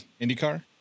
IndyCar